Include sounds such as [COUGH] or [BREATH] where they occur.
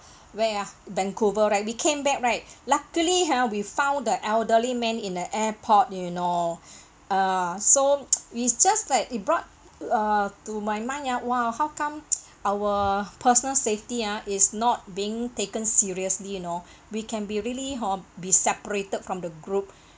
where ah vancouver right we came back right luckily ha we found the elderly man in the airport you know [BREATH] uh so [NOISE] it's just like it brought uh to my mind ah !wow! how come [NOISE] our personal safety ah is not being taken seriously you know we can be really hor be separated from the group